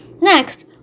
Next